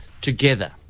together